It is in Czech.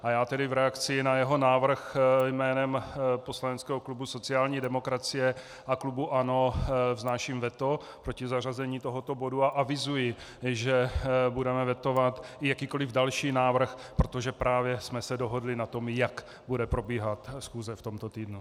A já tedy v reakci na jeho návrh jménem poslaneckého klubu sociální demokracie a klubu ANO vznáším veto proti zařazení tohoto bodu a avizuji, že budeme vetovat jakýkoliv další návrh, protože právě jsme se dohodli na tom, jak bude probíhat schůze v tomto týdnu.